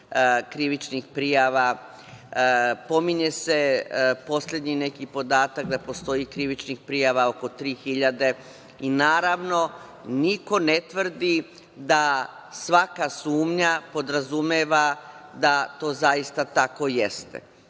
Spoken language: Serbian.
krivičnih prijava, pominje se neki poslednji podatak da postoji krivičnih prijava oko 3000, i naravno, niko ne tvrdi da svaka sumnja podrazumeva da to zaista tako jeste,